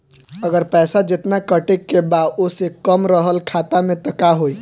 अगर पैसा जेतना कटे के बा ओसे कम रहल खाता मे त का होई?